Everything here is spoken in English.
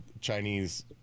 Chinese